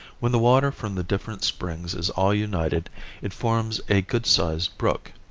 when the water from the different springs is all united it forms a good sized brook.